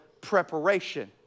preparation